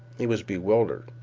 he was bewildered.